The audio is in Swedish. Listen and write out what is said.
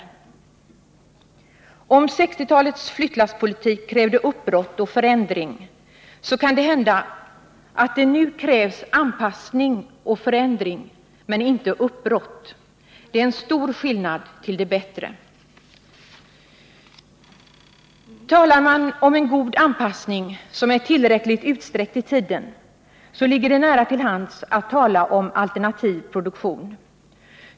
Om 1960-talets flyttlasspolitik krävde uppbrott och förändring, kan det hända att det nu krävs anpassning och förändring, men inte uppbrott. Det är en stor skillnad till det bättre. Talar man om en god anpassning, som är tillräckligt utsträckt i tiden, ligger det nära till hands att tala om alternativ produktion.